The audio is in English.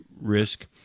risk